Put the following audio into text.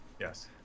Yes